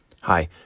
Hi